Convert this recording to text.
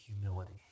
humility